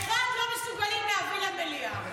ואחד לא מסוגלים להביא למליאה.